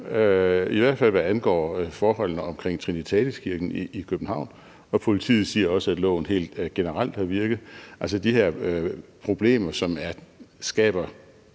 i hvert fald hvad angår forholdene omkring Trinitatis Kirke i København, og politiet siger også, at loven helt generelt har virket. De her problemer, som skaber